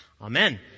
Amen